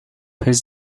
his